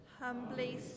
humbly